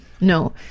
No